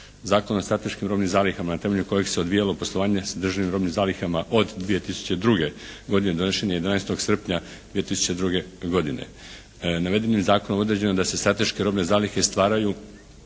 Zakon o strateškim robnim zalihama na temeljem, kojih se odvijalo poslovanje sa državnim robnim zalihama od 2002. godine donesen je 11. srpnja 2002. godine. Navedenim zakonom je određeno da se strateške robne zalihe stvaraju